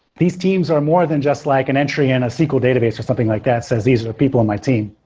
these teams are more than just like an entry in a sequel database, or something like that says these are the people on my team.